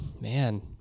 Man